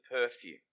perfume